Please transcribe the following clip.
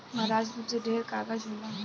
महारास्ट्र मे सबसे ढेर कागज़ होला